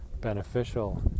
beneficial